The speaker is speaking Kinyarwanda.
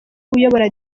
uyobora